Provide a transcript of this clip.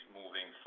moving